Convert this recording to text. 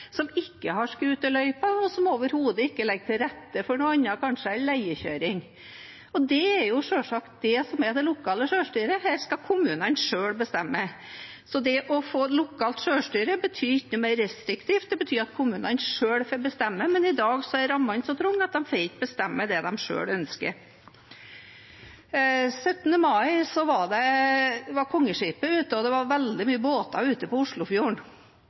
som ikke har scooterløype, og som overhodet ikke legger til rette for noe annet, kanskje, enn leiekjøring. Det er selvsagt det som er det lokale selvstyret, her skal kommunene selv bestemme. Så det å få lokalt selvstyre betyr ikke at det blir mer restriktivt, det betyr at kommunene selv får bestemme, men i dag er rammene så trange at de ikke får bestemme det de selv ønsker. Den 17. mai var kongeskipet ute, og det var veldig mange båter ute på Oslofjorden, og alle syntes det var kjempeflott at det var mye båttrafikk på Oslofjorden.